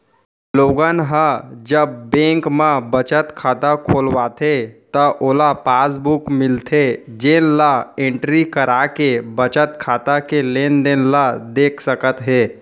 लोगन ह जब बेंक म बचत खाता खोलवाथे त ओला पासबुक मिलथे जेन ल एंटरी कराके बचत खाता के लेनदेन ल देख सकत हे